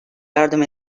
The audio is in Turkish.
yardım